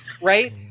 right